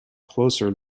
closer